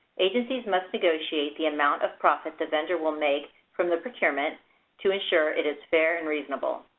agencies must negotiate the amount of profit the vendor will make from the procurement to ensure it is fair and reasonable.